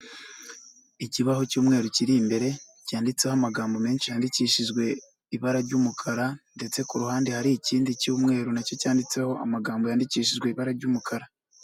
Ikibaho cy cy'umweru kiri imbere, cyanditseho amagambo menshi yandikishijwe ibara ry'umukara ndetse ku ruhande hari ikindi cy'umweru nacyo cyanditseho amagambo yandikishijwe ibara ry'umukara.